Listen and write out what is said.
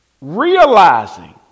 realizing